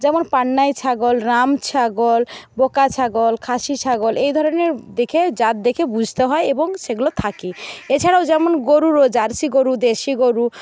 যেমন পান্নাই ছাগল রাম ছাগল বোকা ছাগল খাসি ছাগল এই ধরনের দেখে জাত দেখে বুঝতে হয় এবং সেগুলো থাকে এছাড়াও যেমন গরুরও জার্সি গরু দেশি গরু